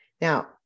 Now